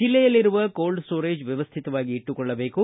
ಜಿಲ್ಲೆಯಲ್ಲಿರುವ cold storage ಮ್ಯವಸ್ಠಿತವಾಗಿ ಇಟ್ಟುಕೊಳ್ಳಬೇಕು